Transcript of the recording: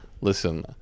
listen